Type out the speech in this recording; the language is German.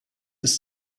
ist